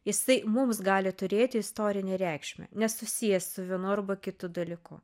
jisai mums gali turėti istorinę reikšmę nes susijęs su vienu arba kitu dalyku